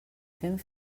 fent